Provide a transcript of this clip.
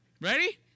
ready